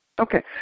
Okay